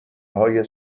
های